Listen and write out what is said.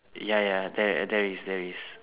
ya ya there there is there is